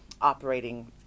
operating